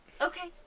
okay